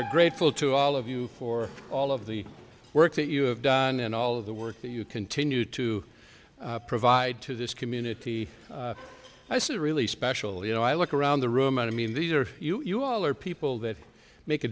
are grateful to all of you for all of the work that you have done and all of the work that you continue to provide to this community i saw really special you know i look around the room and i mean these are you all are people that make a